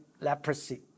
leprosy